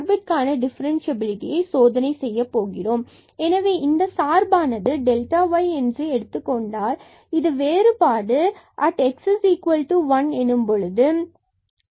சார்பு கான டிஃபரன்ஸ்சியபிலிட்டியை சோதனை செய்யப் போகிறோம் எனவே இந்த சார்பானது இதனை y எடுத்துக் கொண்டால் இது வேறுபாடு ஏனெனில் at x1 so f1x f1